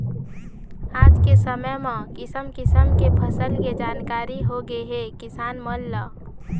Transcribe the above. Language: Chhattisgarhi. आज के समे म किसम किसम के फसल के जानकारी होगे हे किसान मन ल